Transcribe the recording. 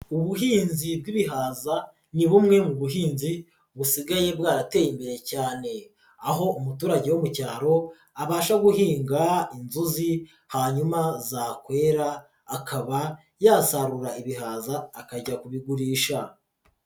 Ubuhinzi bw'ibihaza ni bumwe mu buhinzi busigaye bwarateye imbere cyane aho umuturage wo mu cyaro abasha guhinga inzuzi hanyuma zakwera akaba yasarura ibihaza akajya kubigurisha.